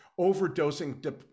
overdosing